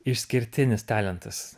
išskirtinis talentas